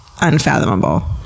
unfathomable